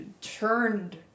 turned